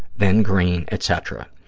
then green, etc.